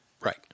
Right